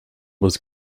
was